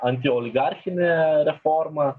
antioligarchinė reforma